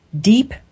Deep